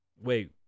Wait